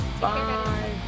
bye